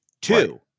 Two